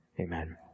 Amen